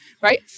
right